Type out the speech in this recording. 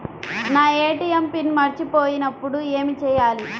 నా ATM pin మర్చిపోయినప్పుడు ఏమి చేయాలి?